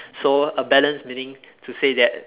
so a balance meaning to say that